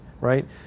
right